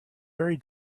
very